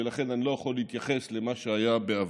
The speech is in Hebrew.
ולכן אני לא יכול להתייחס למה שהיה בעבר.